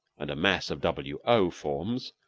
and a mass of w. o. forms,